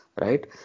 right